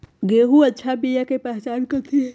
गेंहू के अच्छा बिया के पहचान कथि हई?